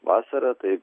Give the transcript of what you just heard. vasara tai